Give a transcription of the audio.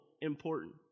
important